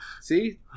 See